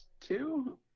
two